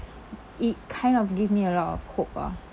it kind of give me a lot of hope ah